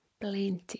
plenty